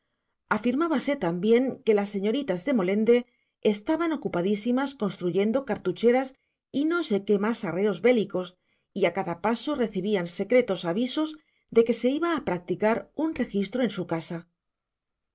pájaros afirmábase también que las señoritas de molende estaban ocupadísimas construyendo cartucheras y no sé qué más arreos bélicos y a cada paso recibían secretos avisos de que se iba a practicar un registro en su casa